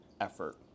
effort